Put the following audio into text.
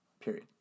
period